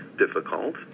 difficult